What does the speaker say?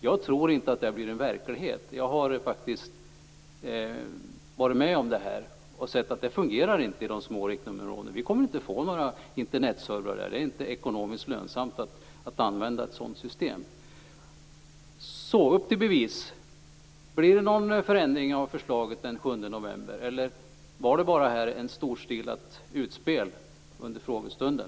Jag tror inte att det blir verklighet. Jag har faktiskt varit med om detta och sett att det inte fungerar i de små riktnummerområdena. Vi kommer inte att få några Internetservrar där. Det är inte ekonomiskt lönsamt att använda ett sådant system. Så, upp till bevis. Blir det någon förändring av förslaget den 7 november, eller var detta bara ett storstilat utspel under frågestunden?